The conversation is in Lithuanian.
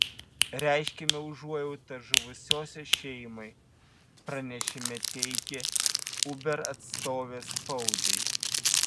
reiškiame užuojautą žuvusiosios šeimai pranešime teigė uber atstovė spaudai